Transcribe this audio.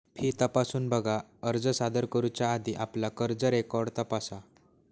fee तपासून बघा, अर्ज सादर करुच्या आधी आपला कर्ज रेकॉर्ड तपासा